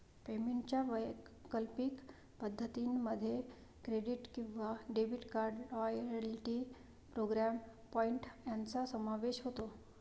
पेमेंटच्या वैकल्पिक पद्धतीं मध्ये क्रेडिट किंवा debit card, loyalty programme point यांचा समावेश होतो